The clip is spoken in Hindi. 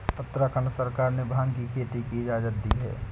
उत्तराखंड सरकार ने भाँग की खेती की इजाजत दी है